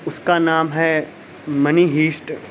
اس کا نام ہے منی ہیسٹ